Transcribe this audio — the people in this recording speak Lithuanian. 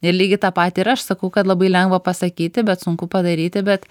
ir lygiai tą patį ir aš sakau kad labai lengva pasakyti bet sunku padaryti bet